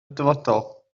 dyfodol